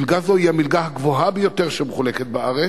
מלגה זו היא המלגה הגבוהה ביותר שמחולקת בארץ,